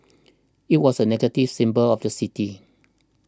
it was a negative symbol of the city